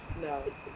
No